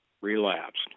relapsed